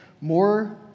more